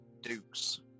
Duke's